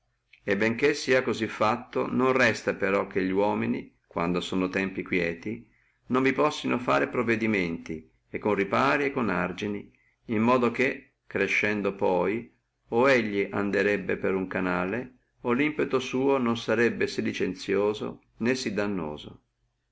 e benché sieno cosí fatti non resta però che li uomini quando sono tempi quieti non vi potessino fare provvedimenti e con ripari et argini in modo che crescendo poi o andrebbono per uno canale o limpeto loro non sarebbe né si licenzioso né si dannoso